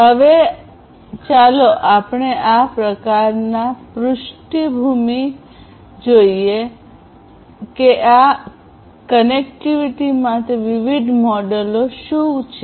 હવે ચાલો આપણે આ પ્રકારના પૃષ્ઠભૂમિમાં જોઈએ કે આ કનેક્ટિવિટી માટે વિવિધ મોડેલો શું છે